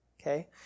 Okay